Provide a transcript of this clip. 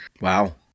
Wow